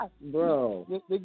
Bro